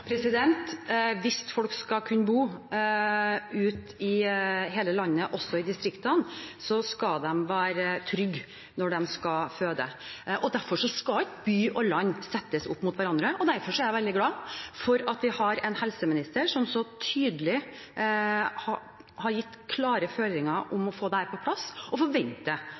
Hvis folk skal kunne bo i hele landet, også i distriktene, skal de være trygge når de skal føde. Derfor skal ikke by og land settes opp mot hverandre, og derfor er jeg veldig glad for at vi har en helseminister som har gitt så tydelige og klare føringer om å få dette på plass, og forventer at det kommer på plass.